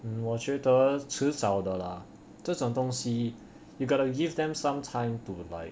err 我觉得迟早的 lah 这种东西 you've got to give them some time to